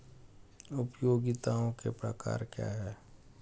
उपयोगिताओं के प्रकार क्या हैं?